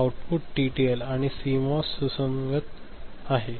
output TTL आणि CMOS सुसंगत आहे